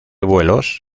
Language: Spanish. vuelos